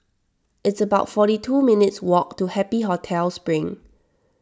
it's about forty two minutes' walk to Happy Hotel Spring